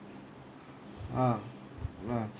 ah ah